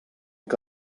que